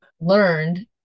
learned